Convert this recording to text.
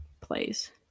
plays